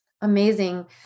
Amazing